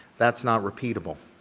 that's not repeatable,